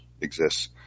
exists